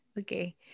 okay